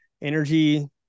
energy